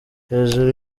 hejuru